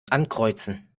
ankreuzen